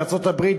בארצות-הברית,